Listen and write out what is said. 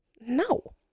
No